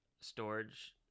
storage